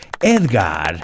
Edgar